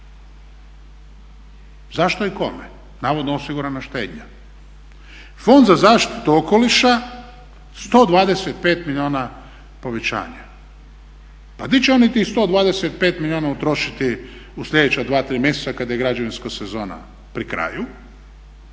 Zašto i kome? Navodno osigurana štednja. Fond za zaštitu okoliša 125 milijuna povećanja. Pa di će oni tih 125 milijuna utrošiti u sljedeća dva, tri mjeseca kad je građevinska sezona pri kraju